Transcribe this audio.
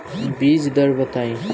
बीज दर बताई?